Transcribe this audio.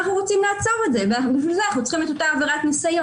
אנחנו רוצים לעצור את זה ובשביל זה אנחנו צריכים את אותה עבירת ניסיון,